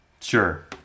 Sure